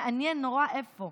מעניין נורא איפה.